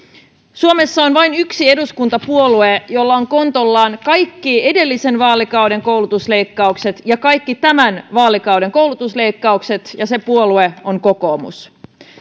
suomessa on vain yksi eduskuntapuolue jolla on kontollaan kaikki edellisen vaalikauden koulutusleikkaukset ja kaikki tämän vaalikauden koulutusleikkaukset ja se puolue on kokoomus